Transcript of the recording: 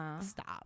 stop